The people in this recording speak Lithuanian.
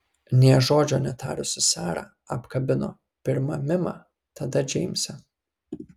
nė žodžio netarusi sara apkabino pirma mimą tada džeimsą